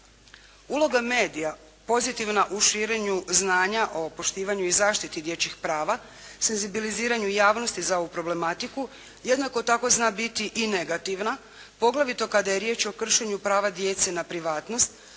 Uloga medija, pozitivna u širenju znanja o poštivanju i zaštiti dječjih prava, senzibiliziranju javnosti za ovu problematiku, jednako tako zna biti i negativna, poglavito kada je riječ o kršenju prava djece na privatnost